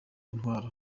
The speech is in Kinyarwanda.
intwaro